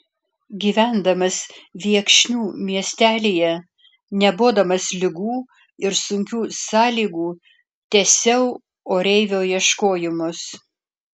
gyvendamas viekšnių miestelyje nebodamas ligų ir sunkių sąlygų tęsiau oreivio ieškojimus